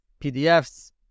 PDFs